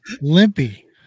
Limpy